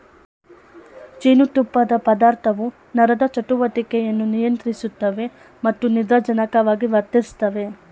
ಜೇನುತುಪ್ಪದ ಪದಾರ್ಥವು ನರದ ಚಟುವಟಿಕೆಯನ್ನು ನಿಯಂತ್ರಿಸುತ್ತವೆ ಮತ್ತು ನಿದ್ರಾಜನಕವಾಗಿ ವರ್ತಿಸ್ತವೆ